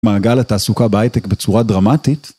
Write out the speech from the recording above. מעגל התעסוקה בהייטק בצורה דרמטית?